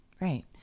right